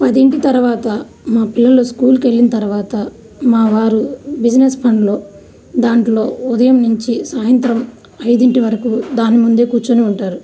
పదింటి తర్వాత మా పిల్లలు స్కూల్కి వెళ్ళిన తర్వాత మా వారు బిజినెస్ పనులు దాంట్లో ఉదయం నుంచి సాయంత్రం ఐదింటి వరకు దాని ముందే కూర్చుని ఉంటారు